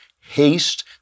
Haste